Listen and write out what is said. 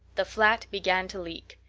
the flat began to leak.